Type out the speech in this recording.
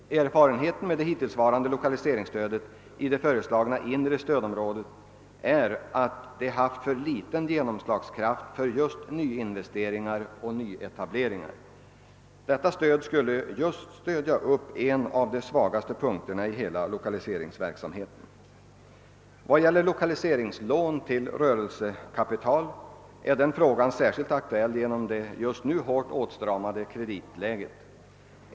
Erfarenheten av det hittillsvarande l1okaliseringsstödet i det föreslagna inre stödområdet är att det haft för liten genomslagskraft för nyinvesteringar och nyetableringar. Detta stöd skulle just avse en av de svagaste punkterna i hela lokaliseringsverksamheten. Frågan om lokaliseringslån till rörelsekapital är särskilt aktuell genom det just nu hårt åtstramade kreditläget.